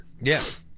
Yes